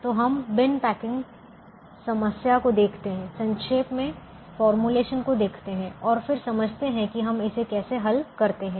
तो हम bin packing समस्या को देखते हैं संक्षेप में फॉर्मूलेशन को देखते हैं और फिर समझते हैं कि हम इसे कैसे हल करते हैं